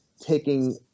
taking